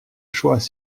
choix